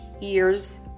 years